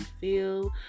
feel